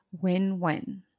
win-win